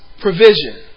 provision